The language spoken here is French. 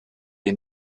les